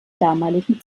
damaligen